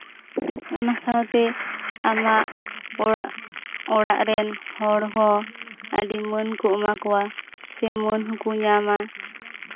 ᱚᱱᱟ ᱥᱟᱶᱛᱮ ᱟᱢᱟᱜ ᱚᱲᱟᱜ ᱚᱲᱟᱜ ᱨᱮᱱ ᱦᱚᱲ ᱦᱚᱸ ᱟᱹᱰᱤ ᱢᱟᱹᱱ ᱠᱚ ᱮᱢᱟ ᱠᱚᱣᱟ ᱥᱮ ᱢᱟᱹᱱ ᱦᱚᱸᱠᱚ ᱧᱟᱢᱟ